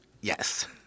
Yes